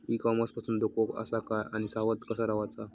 E commerce पासून धोको आसा काय आणि सावध कसा रवाचा?